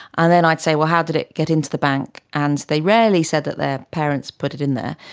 and then i'd say, well, how did it get into the bank? and they rarely said that their parents put it in there,